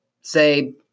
say